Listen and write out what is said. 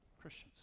Christians